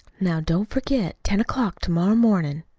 now, don't forget ten o'clock to-morrow mornin'.